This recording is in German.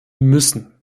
müssen